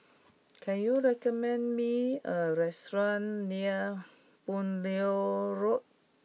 can you recommend me a restaurant near Begonia Road